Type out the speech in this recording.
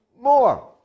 more